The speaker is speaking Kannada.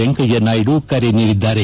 ವೆಂಕಯ್ಕ ನಾಯ್ದು ಕರೆ ನೀಡಿದ್ದಾರೆ